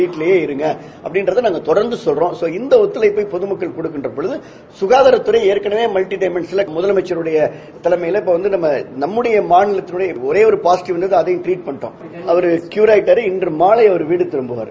வீட்டீலேயே இருங்க அட்படிக்கிறத நாங்க தொடர்ந்து சொல்றோம் சோ இந்த ஒத்துளுப்பை பொதுமக்கள் கொடுக்கின்றபோது சுகாதாத்துறை ஏற்கனவே மல்டிடமன்ஸ்ல முதலமைச்சருடைய தலைமையில இப்ப நம்ம வந்து நம்முடய மாநிலத்தில ஒரே ஒரு பாசிடில் இருந்தது அதையும் ட்ரீட் பண்ணிட்டோம் அவரு கியூராயிட்டாரு இன்று மாலை அவர் வீட்டுக்கு புறப்படமாரு